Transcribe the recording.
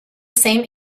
same